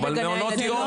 אבל מעונות יום,